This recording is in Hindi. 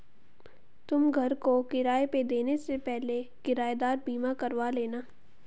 तुम घर को किराए पे देने से पहले किरायेदार बीमा करवा लेना